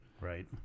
Right